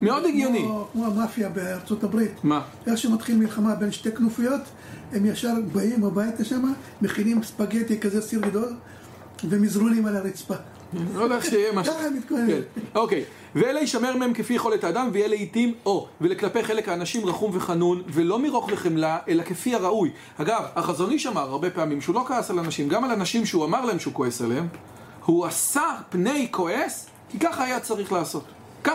מאוד הגיוני. כמו המאפיה בארצות הברית, מה? איך שמתחיל מלחמה בין שתי כנופיות, הם ישר באים או באמצע שמה, מכינים ספגטי כזה סיר גדול, ומזרונים על הרצפה, ככה הם מתכוננים. כן, אוקיי, ואלה ישמר מהם כפי יכולת האדם ואלה עיתים או, ולכלפי חלק האנשים רחום וחנון, ולא מרוך וחמלה, אלא כפי הראוי. אגב, החזוני שאמר הרבה פעמים שהוא לא כעס על אנשים, גם על אנשים שהוא אמר להם שהוא כועס עליהם, הוא עשה פני כועס, כי ככה היה צריך לעשות. ככה